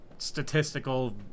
Statistical